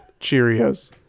Cheerios